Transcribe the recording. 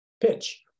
Pitch